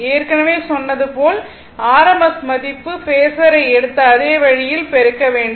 ஏற்கனவே சொன்னது போல rms மதிப்பு பேஸர் phasor ஐ எடுத்த அதே வழியில் பெருக்க வேண்டும்